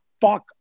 fuck